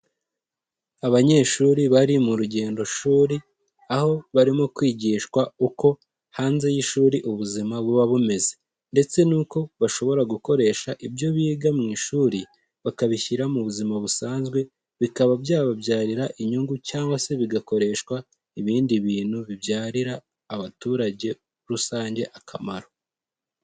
Abanyeshuri bari mu rugendoshuri, aho barimo kwigishwa uko hanze y'ishuri ubuzima buba bumeze ndetse n'uko bashobora gukoresha ibyo biga mu ishuri bakabishyira mu buzima busanzwe, bikaba byababyarira inyungu cyangwa se bigakoreshwa ibindi bintu bibyarira abaturage rusange akamaro.